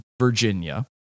Virginia